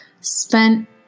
spent